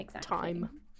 time